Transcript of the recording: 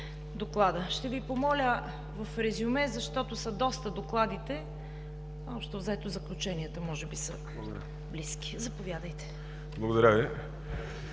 Доклада. Ще Ви помоля в резюме, защото са доста докладите. Общо взето заключенията може би са близки! Заповядайте. ДОКЛАДЧИК